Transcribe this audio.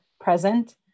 present